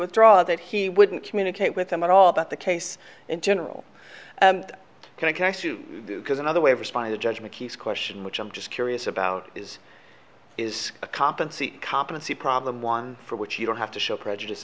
withdraw that he wouldn't communicate with them at all about the case in general can i sue because another way of responding to judgment question which i'm just curious about is is a cop and competency problem one for which you don't have to show prejudice